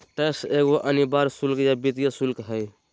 tax एगो अनिवार्य शुल्क या वित्तीय शुल्क हइ